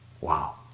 Wow